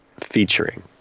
featuring